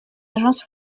agences